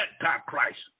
Antichrist